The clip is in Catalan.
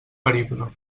perible